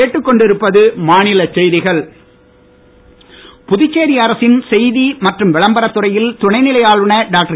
கிரண்பேடி புதுச்சேரி அரசின் செய்தி மற்றும் விளம்பரத்துறையில் துணைநிலை ஆளுநர் டாக்டர்